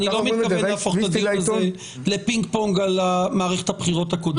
אני לא מתכוון להפוך את הדיון הזה לפינג-פונג על מערכת הבחירות הקודמת.